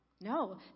No